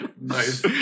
Nice